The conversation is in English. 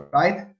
right